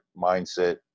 mindset